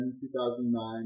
2009